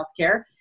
healthcare